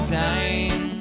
time